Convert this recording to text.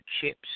chips